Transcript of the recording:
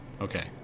Okay